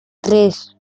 tres